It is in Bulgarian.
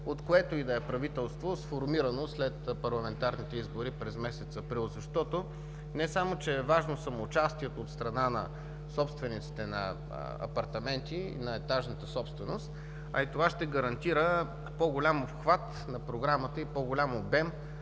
от което и да е правителство, сформирано след парламентарните избори през месец април, защото не само че е важно самоучастието от страна на собствениците на апартаменти, на етажната собственост, а и това ще гарантира по-голям обхват на програмата и по-голям обем